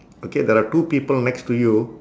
okay there are two people next to you